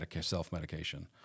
self-medication